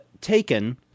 taken